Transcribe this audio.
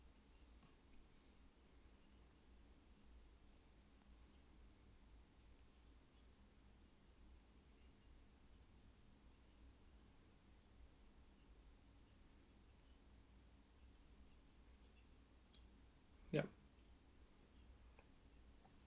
yup